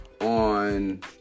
on